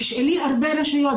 תשאלי הרבה רשויות,